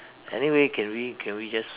anyway can we can we just